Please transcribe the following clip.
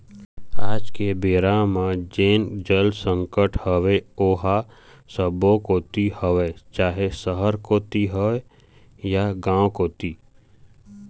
आज के बेरा म जेन जल संकट हवय ओहा सब्बो कोती हवय चाहे सहर कोती होय या गाँव कोती